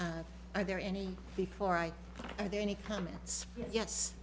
fun are there any before i are there any comments yes